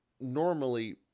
normally